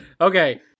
Okay